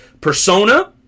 persona